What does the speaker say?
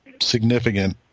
significant